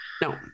No